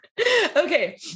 Okay